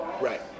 right